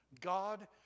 God